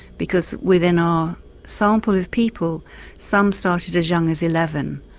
because within our sample of people some started as young as eleven,